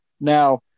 Now